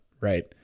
right